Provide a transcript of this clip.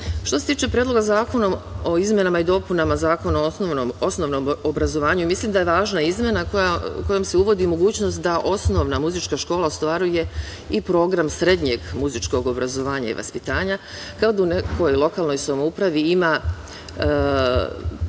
se tiče Predloga zakona o izmenama i dopunama Zakona o osnovnom obrazovanju, mislim da je važna izmena kojom se uvodi mogućnost da osnovna muzička škola ostvaruje i program srednjeg muzičkog obrazovanja i vaspitanja, kao da u nekoj lokalnoj samoupravi ima dovoljno